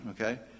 okay